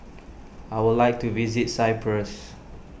I would like to visit Cyprus